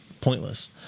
pointless